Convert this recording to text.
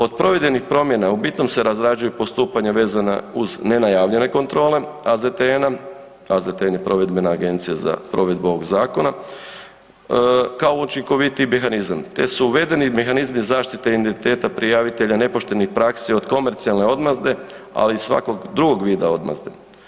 Od provedenih promjena u bitnom se razrađuju postupanja vezana uz nenajavljene kontrole AZTN-a, AZTN je provedbena agencija za provedbu ovog zakona, kao učinkovitiji mehanizam te su uvedeni mehanizmi zaštite identiteta prijavitelja nepoštenih praksi od komercijalne odmazde, ali i svakog drugog vida odmazde.